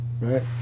right